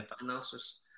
analysis